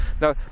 now